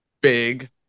Big